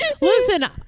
listen